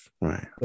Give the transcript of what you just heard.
Right